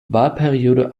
wahlperiode